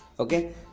Okay